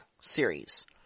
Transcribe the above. series